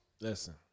Listen